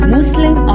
Muslim